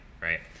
right